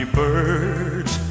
birds